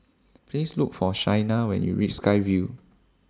Please Look For Shaina when YOU REACH Sky Vue